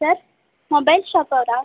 sir mobile ಶಾಪವ್ರಾ